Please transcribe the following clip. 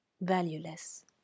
valueless